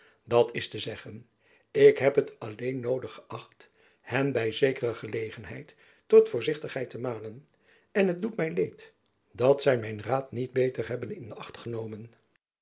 dat is te zeggen ik heb het alleen noodig geächt hen by zekere gelegenheid tot voorzichtigheid te manen en het doet my leed dat zy mijn raad niet beter hebben in acht genomen